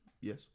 Yes